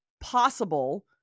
possible